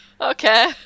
Okay